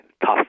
tough